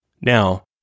Now